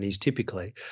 typically